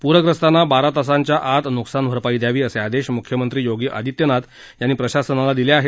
पूरग्रस्तांना बारा तासाच्या आत नुकसान भरपाई द्यावी असे आदेश मुख्यमंत्री योगी आदित्यनाथ त्यांनी प्रशासनाला दिले आहेत